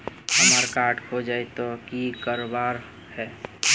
हमार कार्ड खोजेई तो की करवार है?